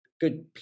good